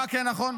מה כן נכון?